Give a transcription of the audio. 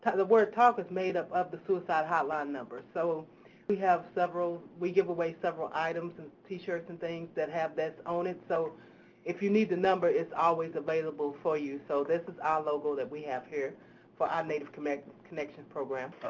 the work talk is made up of the suicide hotline number. so we have several, we give away several items and t shirts and things that have this on it. so if you need the number, it's always available for you. so this is our logo that we have here for our native connections connections program.